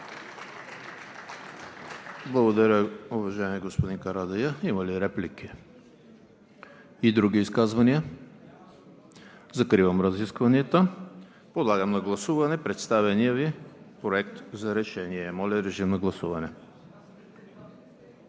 Благодаря, уважаеми господин Карадайъ. Има ли реплики и изказвания? Няма. Закривам разискванията. Подлагам на гласуване представения Ви Проект на решение. Моля, режим на гласуване.